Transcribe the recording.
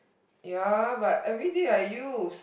ya but everyday I use